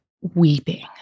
weeping